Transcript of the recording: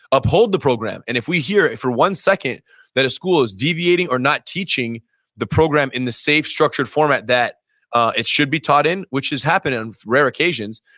uphold the program and if we hear it for one second that a school is deviating or not teaching the program in the safe structured format that it should be taught in, which has happened in rare occasions,